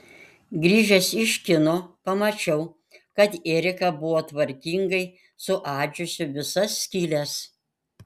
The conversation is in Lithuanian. grįžęs iš kino pamačiau kad erika buvo tvarkingai suadžiusi visas skyles